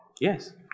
Yes